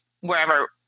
Wherever